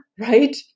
Right